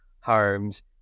homes